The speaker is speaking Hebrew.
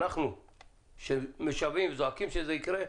אנחנו שזועקים ומשוועים שזה יקרה,